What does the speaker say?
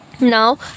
Now